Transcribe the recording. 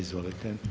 Izvolite.